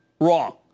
Wrong